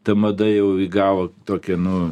ta mada jau įgavo tokią nu